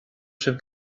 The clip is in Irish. sibh